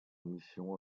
mission